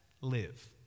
live